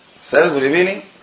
self-revealing